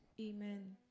Amen